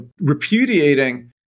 repudiating